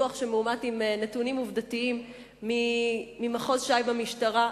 דוח שמאומת עם נתונים עובדתיים ממחוז ש"י במשטרה,